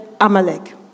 Amalek